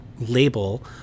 label